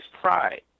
pride